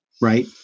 right